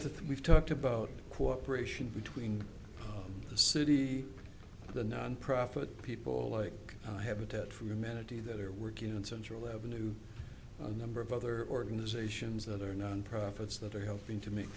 and we've talked about cooperation between the city the nonprofit people like habitat for humanity that are working on central avenue the number of other organizations that are nonprofits that are helping to make